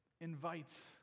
invites